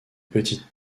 petite